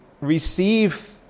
receive